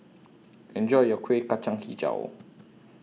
Enjoy your Kueh Kacang Hijau